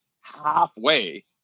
halfway